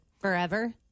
Forever